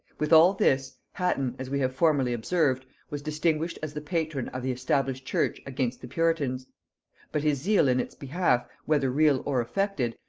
with all this, hatton, as we have formerly observed, was distinguished as the patron of the established church against the puritans but his zeal in its behalf whether real or affected,